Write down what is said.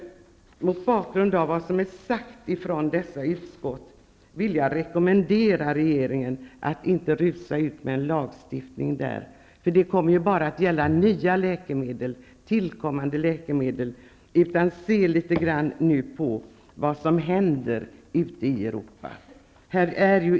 Mot bakgrund av vad som har sagts från dessa utskott, vill jag rekommendera regeringen att inte rusa i väg och lagstifta, eftersom det enbart kommer att gälla nya läkemedel. Man bör först se litet grand på vad som händer ute i Europa.